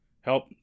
Help